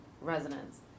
residents